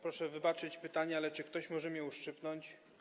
Proszę wybaczyć pytanie, ale czy ktoś może mnie uszczypnąć?